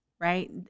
right